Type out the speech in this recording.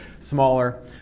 smaller